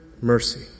mercy